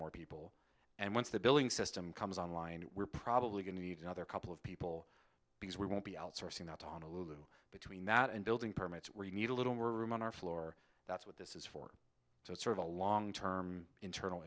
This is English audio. more people and once the billing system comes online we're probably going to need another couple of people because we won't be outsourcing that to honolulu between that and building permits where you need a little more room on our floor that's what this is for so it's sort of a long term internal